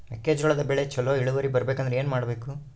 ಮೆಕ್ಕೆಜೋಳದ ಬೆಳೆ ಚೊಲೊ ಇಳುವರಿ ಬರಬೇಕಂದ್ರೆ ಏನು ಮಾಡಬೇಕು?